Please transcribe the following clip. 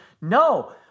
No